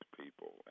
people